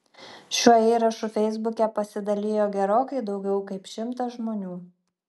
šiuo įrašu feisbuke pasidalijo gerokai daugiau kaip šimtas žmonių